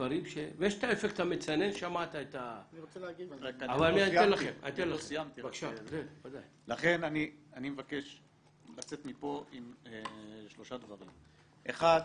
71. אני מבקש לצאת מפה עם שלושה דברים: אחד,